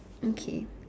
okay